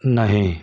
नहीं